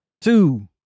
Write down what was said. two